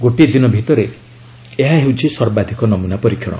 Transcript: ଗୋଟିଏ ଦିନ ଭିତରେ ଏହା ହେଉଛି ସର୍ବାଧିକ ନମୁନା ପରୀକ୍ଷଣ